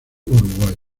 uruguayo